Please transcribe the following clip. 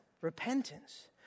repentance